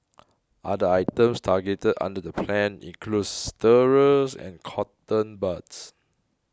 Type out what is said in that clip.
other items targeted under the plan include stirrers and cotton buds